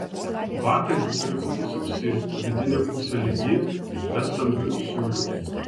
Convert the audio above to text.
batai turi būti sausi vidinė pusė lygi be stambių siūlių